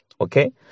okay